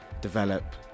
develop